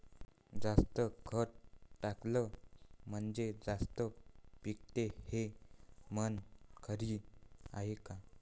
जास्त खत टाकलं म्हनजे जास्त पिकते हे म्हन खरी हाये का?